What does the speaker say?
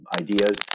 ideas